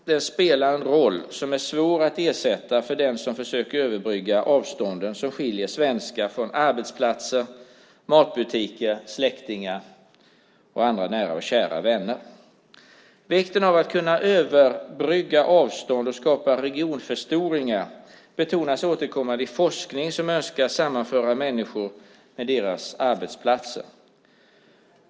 Bilen spelar roll och är svår att ersätta för den som försöker överbrygga de avstånd som skiljer svenskar från arbetsplatser och matbutiker och från släktingar och nära och kära vänner. Vikten av att kunna överbrygga avstånd och att skapa regionförstoringar betonas återkommande i forskning där man önskar sammanföra människor med deras arbetsplatser.